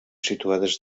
situades